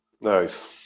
Nice